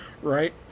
Right